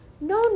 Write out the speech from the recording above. No